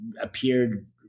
appeared